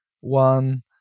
one